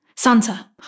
Santa